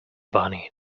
bunny